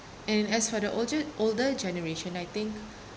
and as for the olje~ older generation I think